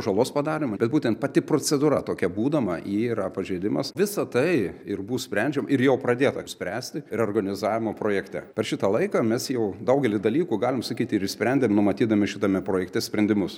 žalos padarymu bet būtent pati procedūra tokia būdama ji yra pažeidimas visa tai ir bus sprendžiama ir jau pradėta spręsti reorganizavimo projekte per šitą laiką mes jau daugelį dalykų galim sakyti ir išsprendėm numatydami šitame projekte sprendimus